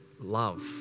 love